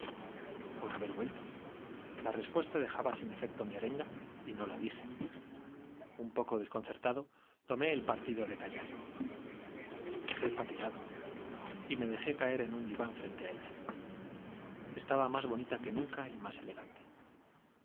por haber vuelto la sin efecto mi arenga y no la respuesta dejaba dije un poco desconcertado tomé el partido de callar estoy fatigado y diván me dejé caer en un frente á ella estaba más bonita que nunca y más ele